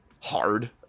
hard